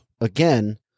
again